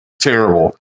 Terrible